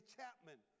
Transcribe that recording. Chapman